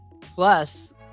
Plus